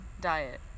diet